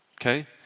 okay